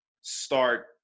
start